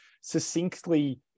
succinctly